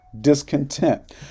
discontent